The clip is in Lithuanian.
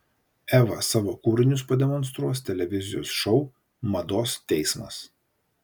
eva savo kūrinius pademonstruos televizijos šou mados teismas